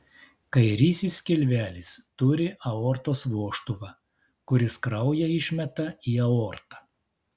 kairysis skilvelis turi aortos vožtuvą kuris kraują išmeta į aortą